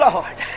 Lord